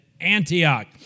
Antioch